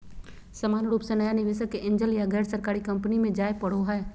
सामान्य रूप से नया निवेशक के एंजल या गैरसरकारी कम्पनी मे जाय पड़ो हय